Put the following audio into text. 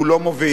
הוא לא מוביל,